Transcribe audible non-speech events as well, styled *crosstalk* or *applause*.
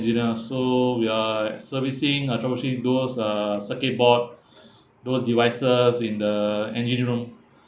engineer so we are servicing uh doors uh circuit board *breath* those devices in the engine room *breath*